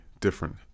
different